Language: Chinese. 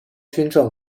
军政